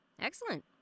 Excellent